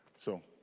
so